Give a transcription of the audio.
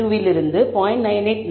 9852 இலிருந்து 0